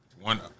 one